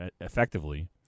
effectively